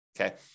okay